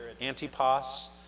Antipas